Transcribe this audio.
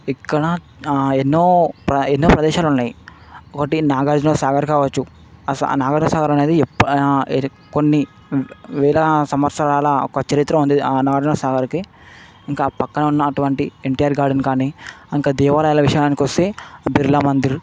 ఇక్కడ ఎన్నో ప్ర ఎన్నో ప్రదేశాలున్నాయి ఒకటి నాగార్జునాసాగర్ కావచ్చు సా నాగార్జునాసాగర్ అనేది ఎప్పు ఇది కొన్ని వే వేల సంవత్సరాల ఒక చరిత్ర ఉంది నాగార్జునసాగర్కి ఇంకా పక్కనున్నటువంటి ఎన్టీఆర్ గార్డెన్ కానీ ఇంకా దేవాలయాల విషయానికొస్తే బిర్లామందిర్